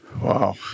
Wow